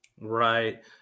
Right